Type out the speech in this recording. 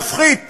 להפחית